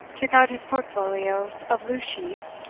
took out his portfolio of loose sheets,